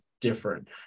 different